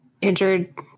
injured